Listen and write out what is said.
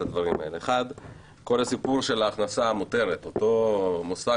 הדברים האלה: 1. כל הסיפור של ההכנסה המוכרת אותו מושג